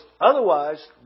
otherwise